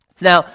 Now